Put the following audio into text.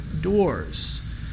doors